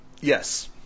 Yes